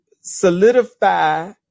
solidify